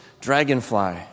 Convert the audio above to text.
dragonfly